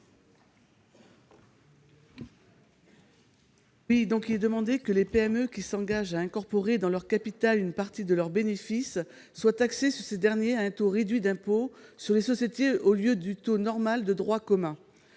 Il est demandé que les PME qui s'engagent à incorporer dans leur capital une partie de leurs bénéfices soient taxées sur ces derniers à un taux réduit d'impôt sur les sociétés au lieu du taux normal de droit commun.